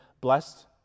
blessed